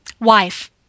Wife